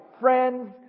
friends